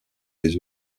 les